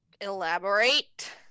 Elaborate